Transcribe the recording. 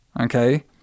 okay